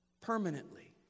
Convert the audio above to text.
permanently